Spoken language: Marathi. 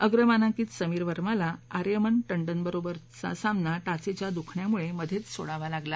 अग्रमानांकित समीर वर्माला आर्यमन टंडनबरोबरच्या सामना टाचेच्या दुखण्यामुळे मधेच सोडावा लागला